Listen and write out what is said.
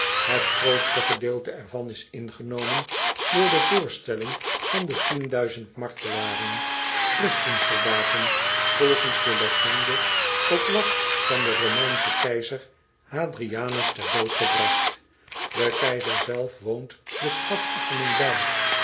het grootste gedeelte er van is ingenomen door de voorstelling van de tien duizend martelaren christensoldaten volgens de legende op last van den romeinschen keizer h a d r i a n u s ter dood gebragt de keizer zelf woont de strafoefening bij